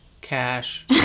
cash